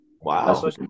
Wow